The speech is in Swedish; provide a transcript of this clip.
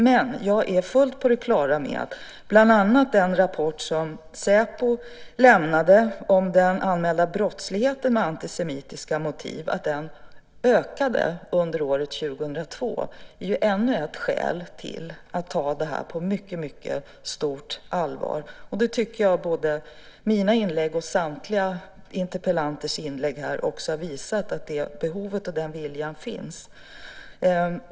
Men jag är fullt på det klara med att bland annat den rapport som säpo lämnade om att den anmälda brottsligheten med antisemitiska motiv ökade under år 2002 är ännu ett skäl till att ta det här på mycket stort allvar. Jag tycker att både mina och samtliga interpellanters inlägg här har visat att behovet och viljan finns.